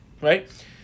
Right